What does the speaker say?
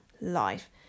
life